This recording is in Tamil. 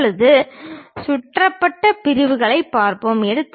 இப்போது சுற்றப்பட்ட பிரிவுகளைப் பார்ப்போம்